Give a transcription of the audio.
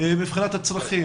מבחינת הצרכים.